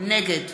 נגד